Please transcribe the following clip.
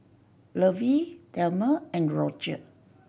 Lovey Delmer and Rodger